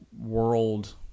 world